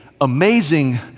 amazing